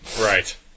Right